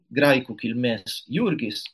graikų kilmės jurgis